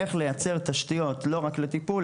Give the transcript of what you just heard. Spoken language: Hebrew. איך לייצא תשתיות לא רק לטיפול,